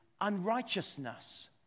unrighteousness